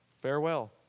Farewell